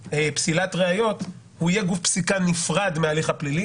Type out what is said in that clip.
סביב פסילת ראיות יהיה גוף פסיקה נפרד מההליך הפלילי,